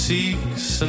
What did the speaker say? Seeks